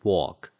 Walk